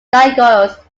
gargoyles